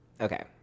Okay